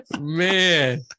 man